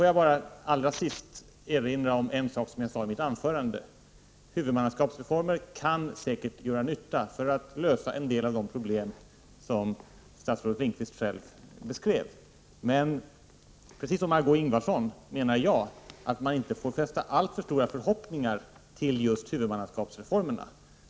Jag vill allra sist enrinra om något som jag sade i mitt anförande: 4 Huvudmannaskapsreformer kan säkerligen vara till nytta för att lösa en del av de problem som statsrådet Lindqvist själv beskrev. Men liksom Margö Ingvardsson menar jag att man inte får fästa alltför stora förhoppningar vid huvudmannaskapsreformer.